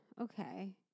Okay